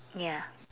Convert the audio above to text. ya